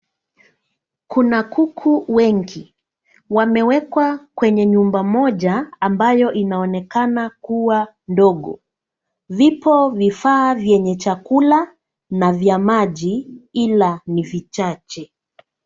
Kuna kuku wengi, wamewekwa kwenye nyumba moja ambayo inaonekana kuwa ndogo. Vipo vifaa vyenye chakula na vya maji, ila ni vichache.